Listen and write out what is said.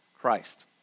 Christ